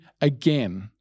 again